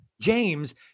James